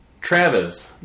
Travis